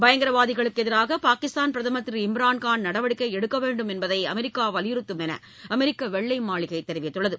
பயங்கரவாதிகளுக்கு எதிராக பாகிஸ்தான் பிரதமர் திரு இம்ரான்கான் நடவடிக்கை எடுக்க வேண்டும் என்பதை அமெரிக்கா வலியுறுத்தும் என்று அமெரிக்க வெள்ளை மாளிகை தெரிவித்துள்ளது